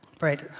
right